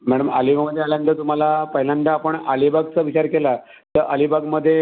madam आलिबावमध्ये आल्यानंतर तुम्हाला पहिल्यांदा आपण आलिबागचा विचार केला तर अलिबागमध्ये